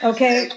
Okay